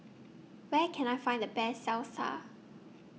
Where Can I Find The Best Salsa